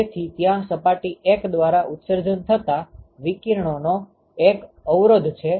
તેથી ત્યાં સપાટી 1 દ્વારા ઉત્સર્જન થતા વિકિરણોનો એક અવરોધ છે